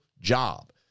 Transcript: job